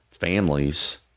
families